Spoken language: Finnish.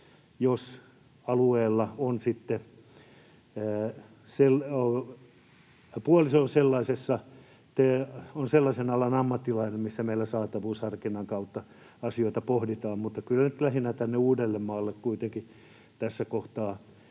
puoliso on sellaisen alan ammattilainen, missä meillä saatavuusharkinnan kautta asioita pohditaan, mutta kyllä ne nyt lähinnä tänne Uudellemaalle kuitenkin tässä kohtaa